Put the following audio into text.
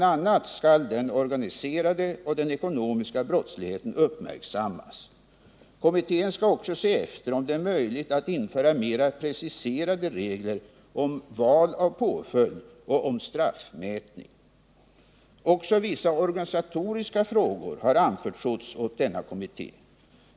a. skall den organiserade och den ekonomiska brottsligheten uppmärksammas. Kommittén skall också se efter om det är möjligt att införa mer preciserade regler om påföljdsval och straffmätning. Även vissa organisatoriska frågor har anförtrotts åt kommittén.